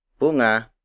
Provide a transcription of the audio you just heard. bunga